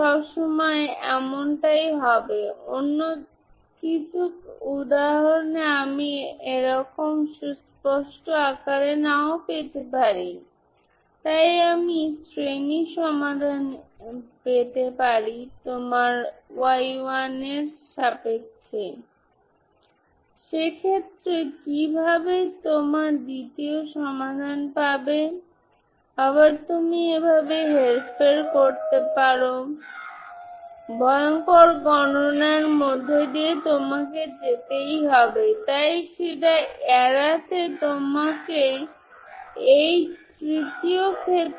সুতরাং এটি আমাকে সেই ফোরিয়ার কোইফিসিয়েন্ট দেবে আপনি এখন এই ইন্টিগ্রেলস গণনা করতে পারেনab2mπb a x ab2mπb a xdx যা 1cos4mπb ax2 একবার আপনি সাইন রাখেন যা আবার 0 হয়ে যাবে আগের মত আমরা কোসাইন দেখেছি একটি বিয়োগ কোসাইন b অর্থাৎ 0